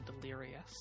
delirious